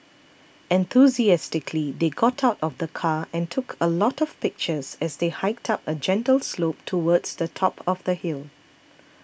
enthusiastically they got out of the car and took a lot of pictures as they hiked up a gentle slope towards the top of the hill